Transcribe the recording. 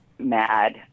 Mad